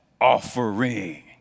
offering